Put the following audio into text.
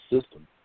system